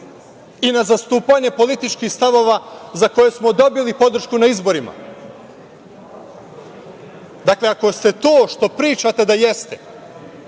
i na zastupanje političkih stavova za koje smo dobili podršku na izborima. Dakle, ako ste to što pričate da jeste,